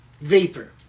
vapor